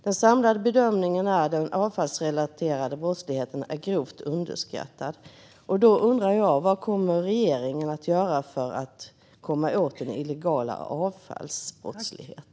Den samlade bedömningen är att den avfallsrelaterade brottsligheten är grovt underskattad. Jag undrar därför: Vad kommer regeringen att göra för att komma åt denna avfallsbrottslighet?